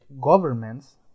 governments